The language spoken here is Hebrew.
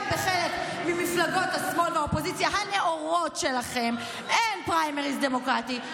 גם בחלק ממפלגות השמאל והאופוזיציה הנאורות שלכם אין פריימריז דמוקרטי,